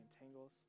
entangles